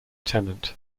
tennant